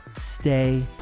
stay